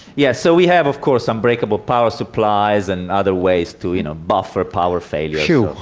yeah so we have of course unbreakable power supplies and other ways to you know buffer power failure. phew,